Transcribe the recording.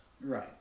Right